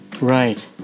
right